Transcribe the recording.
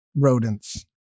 rodents